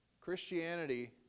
Christianity